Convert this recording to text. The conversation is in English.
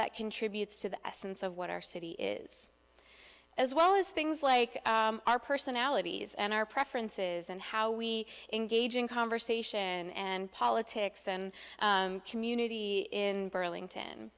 that contributes to the essence of what our city is as well as things like our personalities and our preferences and how we engage in conversation and politics and community in burlington